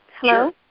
Hello